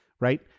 right